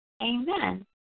Amen